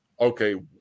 okay